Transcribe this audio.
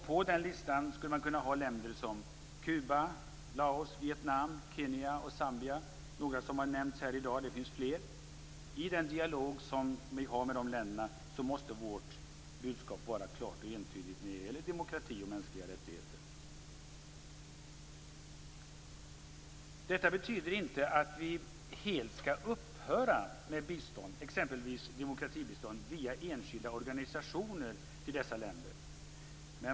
På den listan skulle man kunna ha länder som Kuba, Laos, Vietnam, Kenya och Zambia. Några av dem har nämnts här i dag, och det finns fler. I vår dialog med de länderna måste vårt budskap vad gäller demokrati och mänskliga rättigheter vara klart och entydigt. Detta betyder inte att vi helt skall upphöra med bistånd, exempelvis demokratibistånd via enskilda organisationer, till dessa länder.